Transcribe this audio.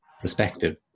perspective